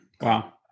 Wow